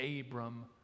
Abram